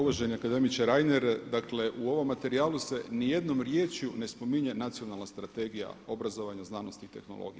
Uvaženi akademiče Reiner, dakle u ovom materijalu se ni jednom riječju ne spominje Nacionalna strategija obrazovanja, znanosti i tehnologije.